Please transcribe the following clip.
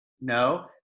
No